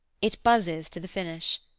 it buzzes to the finish.